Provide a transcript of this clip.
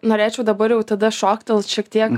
norėčiau dabar jau tada šoktelt šiek tiek